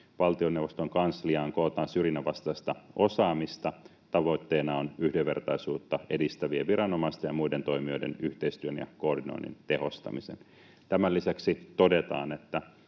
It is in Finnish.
valtioneuvoston kansliaan kootaan syrjinnänvastaista osaamista. Tavoitteena on yhdenvertaisuutta edistävien viranomaisten ja muiden toimijoiden yhteistyön ja koordinoinnin tehostaminen. Tämän lisäksi todetaan, että